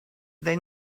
they